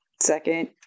second